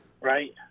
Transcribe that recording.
right